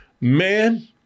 Man